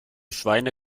schweine